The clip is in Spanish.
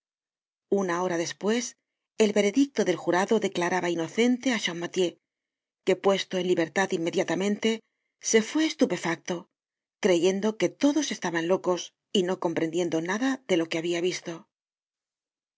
una hora despues el veredicto del jurado declaraba inocente á champmathieu que puesto en libertad inmediatamente se fué estupefacto creyendo que todos estaban locos y no comprendiendo nada de lo que habia visto